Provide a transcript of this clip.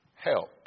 Help